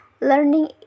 Learning